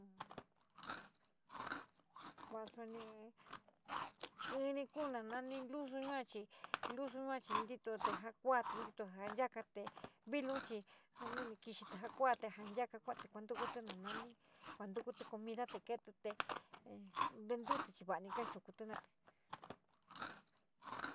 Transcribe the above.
va suni ini ku na nani lusu yua chi lusu yuachi ntitoti ja kua te ntítotí ja nchakaa te vilun chi nu nikixiti ja kaa te ja nchaka kuati kuantuku ti ja ni, kuantukutí comiolate ja keetí ja ntuutíe chi va´ani kosukuti jena´ati.